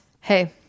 hey